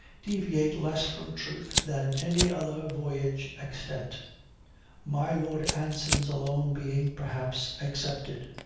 deviate less from truth than any other voyage extant my lord anson's alone being, perhaps, excepted.